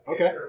Okay